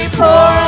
pour